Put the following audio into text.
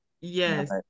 Yes